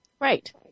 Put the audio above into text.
Right